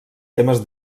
temes